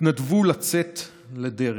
התנדבו לצאת לדרך,